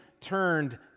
turned